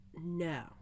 No